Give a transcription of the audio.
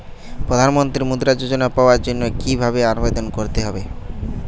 প্রধান মন্ত্রী মুদ্রা যোজনা পাওয়ার জন্য কিভাবে আবেদন করতে হবে?